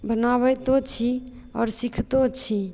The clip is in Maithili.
बनाबैतो छी आओर सिखितो छी